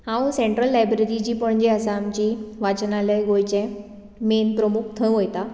हांव central library जी पणजे आसा आमची वाचनालय गोंयचें मेन प्रमूक थंय वयता